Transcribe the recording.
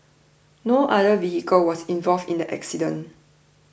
no other vehicle was involved in the accident